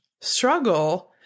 struggle